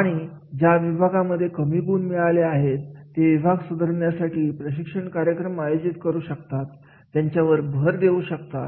आणि ज्या विभागांमध्ये कमी गुण मिळाले आहेत ते विभाग सुधरवण्यासाठी प्रशिक्षण कार्यक्रम आयोजित करू शकतात त्याच्यावर भर देऊ शकता